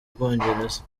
bwongereza